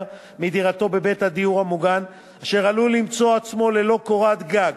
מדירתו בבית הדיור המוגן אשר עלול למצוא עצמו ללא קורת גג,